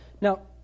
Now